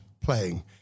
playing